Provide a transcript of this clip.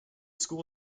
school